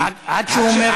עד שהוא אומר,